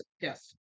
Yes